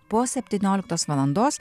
po septynioliktos valandos